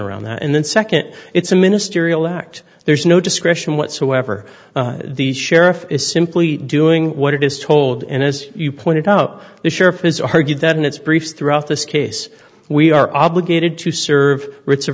around that and then second it's a ministerial act there's no discretion whatsoever the sheriff is simply doing what it is told and as you pointed up the sheriff is argued that in its briefs throughout this case we are obligated to serve wri